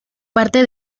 parte